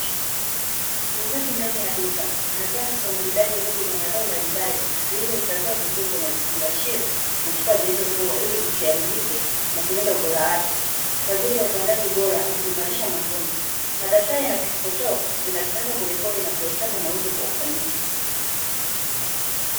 Muuzaji ndani ya duka amepanga kwa umaridadi mbegu za mazao mbalimbali zilizohifadhiwa vizuri kwenye vifungashio, na chupa zilizofungwa ili zisiharibike na kulinda ubora wake, kwa ajili ya upandaji bora na kuimarisha mavuno, madaftari na kikokotoo vinatumika kurekodi na kuhesabu mauzo kwa ufanisi.